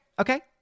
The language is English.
okay